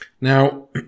Now